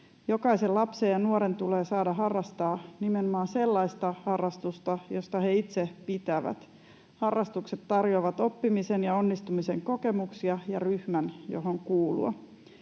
Jokaisen lapsen ja nuoren tulee saada harrastaa nimenomaan sellaista harrastusta, josta he itse pitävät. Harrastukset tarjoavat oppimisen ja onnistumisen kokemuksia ja ryhmän, johon kuulua.